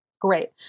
Great